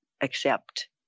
accept